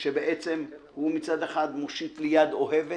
כאשר הוא מצד אחד מושיט לי יד אוהבת